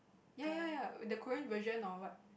ya ya ya the Korean version or what